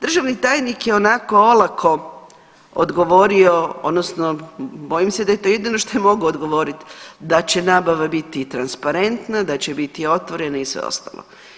Državni tajnik je onako olako odgovorio odnosno bojim se da je to jedino što je mogao odgovoriti da će nabava biti transparentna, da će biti otvorena i sve ostalo.